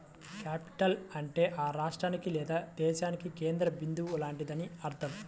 capital అంటే ఆ రాష్ట్రానికి లేదా దేశానికి కేంద్ర బిందువు లాంటిదని అర్థం